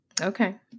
Okay